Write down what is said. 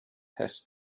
has